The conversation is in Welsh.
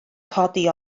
codi